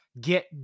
get